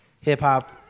hip-hop